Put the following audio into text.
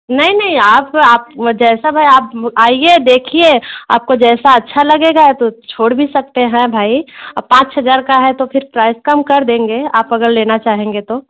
नहीं नहीं आप आप जैसा भाई आप आइए देखिए आपको जैसा अच्छा लगेगा तो छोड़ भी सकते हैं भाई अब पाँच हज़ार का है तो फिर प्राइस कम कर देंगे आप अगर लेना चाहेंगे तो